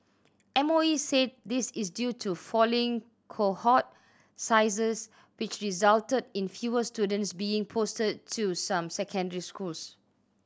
M O E said this is due to falling cohort sizes which resulted in fewer students being posted to some secondary schools